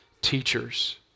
teachers